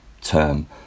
term